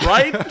Right